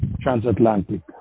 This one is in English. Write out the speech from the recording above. transatlantic